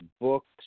books